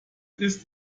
ist